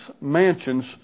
mansions